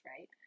right